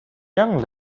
young